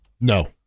No